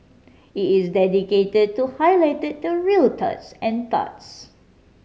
it is dedicated to highlight the real turds and turds